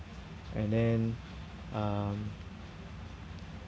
and then um